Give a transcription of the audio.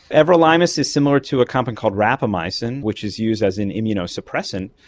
everolimus is similar to a compound called rapamycin which is used as an immunosuppressant,